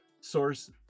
source